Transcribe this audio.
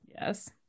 Yes